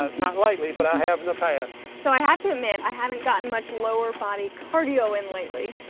ah not lately, but i have in the pass. so i have to admit, i haven't gotten much lower body card owe in lately.